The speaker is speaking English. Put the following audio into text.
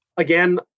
again